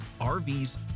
RVs